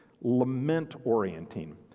lament-orienting